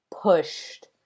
pushed